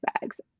bags